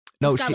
No